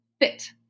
fit